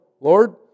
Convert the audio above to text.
Lord